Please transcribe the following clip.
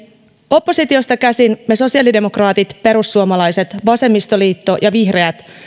oppositiosta käsin me sosiaalidemokraatit perussuomalaiset vasemmistoliitto ja vihreät